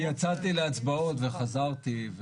יצאתי להצבעות וחזרתי.